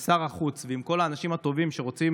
עם שר החוץ ועם כל האנשים הטובים שרוצים